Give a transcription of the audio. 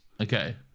okay